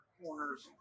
corners